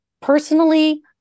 Personally